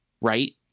Right